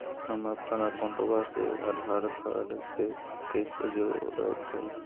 हमपन अकाउँटवा से आधार कार्ड से कइसे जोडैतै?